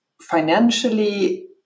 financially